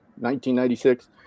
1996